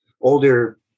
older